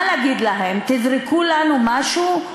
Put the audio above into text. מה להגיד להם, תזרקו לנו משהו?